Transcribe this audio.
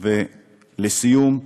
ולסיום,